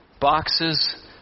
Boxes